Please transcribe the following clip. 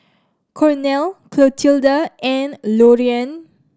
Cornel Clotilda and Loriann